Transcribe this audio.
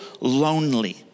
lonely